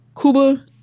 Cuba